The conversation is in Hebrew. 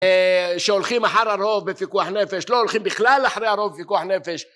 שהולכים אחר הרוב בפיקוח נפש, לא הולכים בכלל אחרי הרוב בפיקוח נפש